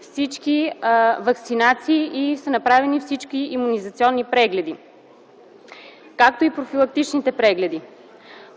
всички ваксинации и са направени всички имунизационни прегледи, както и профилактичните прегледи.